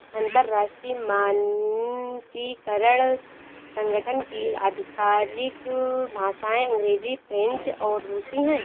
अंतर्राष्ट्रीय मानकीकरण संगठन की आधिकारिक भाषाएं अंग्रेजी फ्रेंच और रुसी हैं